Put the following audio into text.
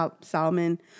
salman